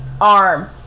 arm